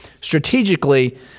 strategically